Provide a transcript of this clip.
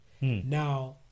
Now